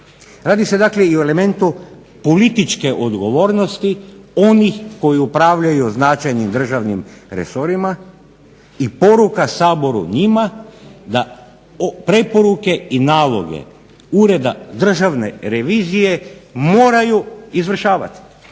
Radi se dakle i o elementu političke odgovornosti onih koji upravljaju značajnim državnim resorima i poruka Saboru njima da preporuke i naloge Ureda državne revizije moraju izvršavati.